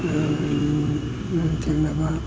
ꯊꯦꯡꯅꯕ